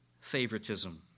favoritism